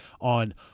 on